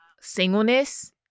singleness